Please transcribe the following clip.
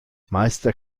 meister